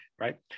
right